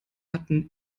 hatten